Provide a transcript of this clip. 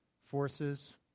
forces